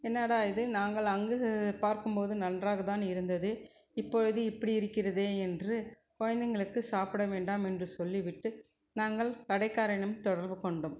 என்னடா இது நாங்கள் அங்கு பார்க்கும் போது நன்றாக தான் இருந்தது இப்பொழுது இப்படி இருக்கிறதே என்று குழந்தைகளுக்கு சாப்பிட வேண்டாம் என்று சொல்லிவிட்டு நாங்கள் கடைக்காரனிடம் தொடர்பு கொண்டோம்